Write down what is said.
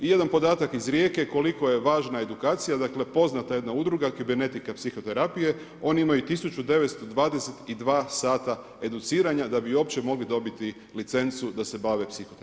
I jedan podatak iz Rijeke, koliko je važna edukacija, dakle, poznata jedna udruga, kibernetika psihoterapije, oni imaju 1922 sata educiranja, da bi uopće mogli dobiti licencu da se bave psihoterapijom.